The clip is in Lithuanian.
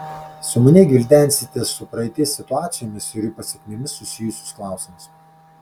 sumaniai gvildensite su praeities situacijomis ir jų pasekmėmis susijusius klausimus